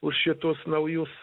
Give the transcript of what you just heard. už šitus naujus